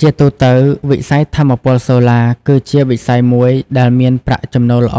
ជាទូទៅ វិស័យថាមពលសូឡាគឺជាវិស័យមួយដែលមានប្រាក់ចំណូលល្អ